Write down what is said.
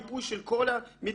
מיפוי של כל המתקנים,